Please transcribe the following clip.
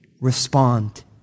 respond